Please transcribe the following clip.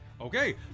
Okay